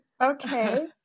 Okay